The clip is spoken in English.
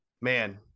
man